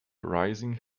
rising